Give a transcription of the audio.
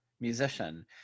musician